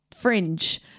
Fringe